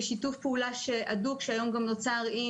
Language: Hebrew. בשיתוף פעולה הדוק שהיום נוצר גם עם